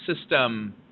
system